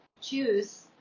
choose